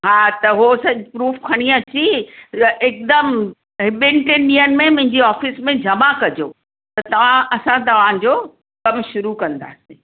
हा त उहो सॼो प्रूफ़ खणी अची हिकदमि ॿिनि टिनि ॾींहंनि में मुंहिंजी ऑफ़िस में जमा कजो त तव्हां असां तव्हां जो कमु शुरू कंदासीं